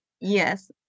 Yes